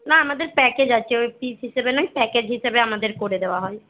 না আমাদের প্যাকেজ আছে ওই পিস হিসেবে নয় প্যাকেজ হিসেবে আমাদের করে দেওয়া হয়